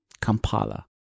Kampala